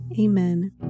Amen